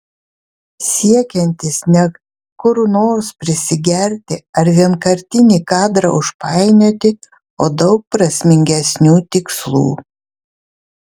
siekiantis ne kur nors prisigerti ar vienkartinį kadrą užpainioti o daug prasmingesnių tikslų